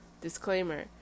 disclaimer